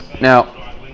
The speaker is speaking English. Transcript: Now